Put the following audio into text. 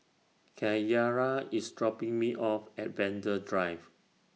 Kyara IS dropping Me off At Vanda Drive